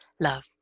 love